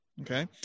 okay